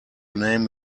name